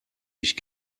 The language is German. ich